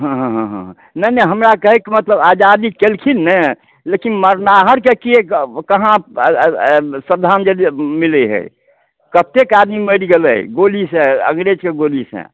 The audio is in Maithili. हँ हँ हँ हँ नहि नहि हमरा कहैके मतलब आजादी केलखिन नहि लेकिन मरनाहरके किएक कहाँ श्रद्धाञ्जलि मिलैत हए कतेक आदमी मरि गेलै गोली से अङ्ग्रेजके गोली से